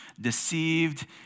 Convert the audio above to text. deceived